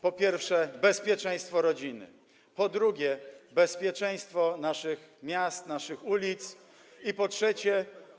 Po pierwsze, bezpieczeństwo rodziny, po drugie, bezpieczeństwo naszych miast, naszych ulic, i po trzecie.